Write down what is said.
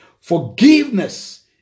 Forgiveness